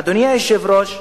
אדוני היושב-ראש,